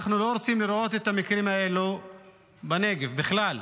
אנחנו לא רוצים לראות את המקרים האלו בנגב בכלל.